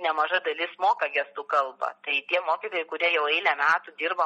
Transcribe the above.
nemaža dalis moka gestų kalbą tai tie mokytojai kurie jau eilę metų dirba